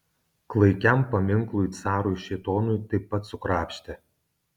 klaikiam paminklui carui šėtonui taip pat sukrapštė